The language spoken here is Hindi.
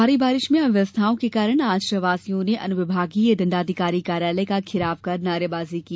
भारी बारिश में अव्यवस्थाओं के कारण आज रहवासियों ने अनुविभागीय दंडाधिकारी कार्यालय का घेराव कर नारेबाजी भी की